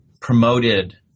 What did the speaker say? promoted